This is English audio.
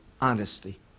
honesty